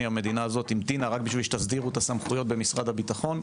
המדינה הזאת המתינה רק בשביל שתסדירו את הסמכויות במשרד הביטחון,